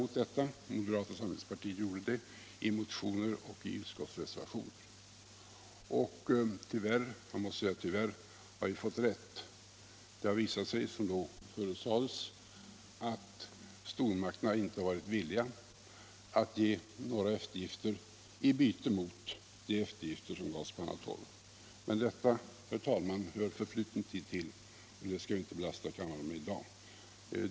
Moderata samlingspartiet reagerade mot detta i motioner och i utskottsreservationer. Tyvärr — man måste säga tyvärr — har vi fått rätt. Det har visat sig att, som förutsades, stormakterna icke varit villiga att göra några eftergifter i utbyte mot de medgivanden som gjorts från annat håll. Men detta, herr talman, tillhör förfluten tid, och det skall vi icke belasta kammarens ledamöter med i dag.